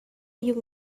you